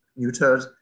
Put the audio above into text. neutered